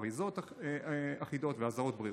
אריזות אחידות ואזהרות בריאות.